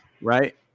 right